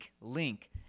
link